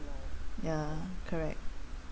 ya correct